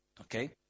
Okay